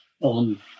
on